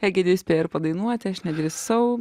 egidijus spėjo ir padainuoti aš nedrįsau